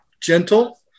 gentle